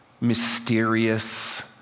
mysterious